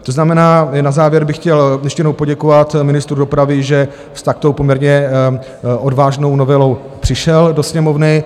To znamená, na závěr bych chtěl ještě jednou poděkovat ministru dopravy, že s takto poměrně odvážnou novelou přišel do Sněmovny.